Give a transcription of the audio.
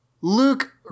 Luke